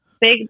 big